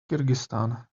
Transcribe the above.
kyrgyzstan